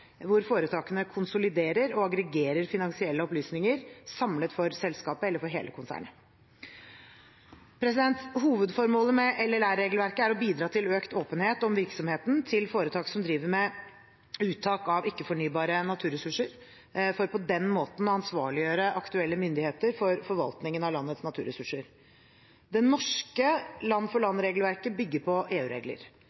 hvor foretakene konsoliderer og aggregerer finansielle opplysninger samlet for selskapet eller for hele konsernet. Hovedformålet med LLR-regelverket er å bidra til økt åpenhet om virksomheten til foretak som driver med uttak av ikke-fornybare naturressurser, for på den måten å ansvarliggjøre aktuelle myndigheter for forvaltningen av landets naturressurser. Det norske land-for-land-regelverket bygger på EU-regler. Frist for